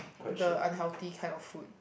the unhealthy kind of food